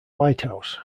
lighthouse